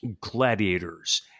gladiators